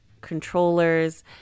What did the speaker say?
controllers